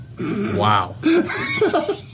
Wow